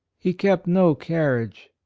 he kept no carriage.